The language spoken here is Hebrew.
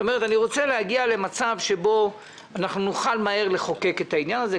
אני רוצה להגיע למצב שבו אנחנו נוכל מהר לחוקק את החוק הזה.